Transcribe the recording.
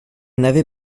n’avez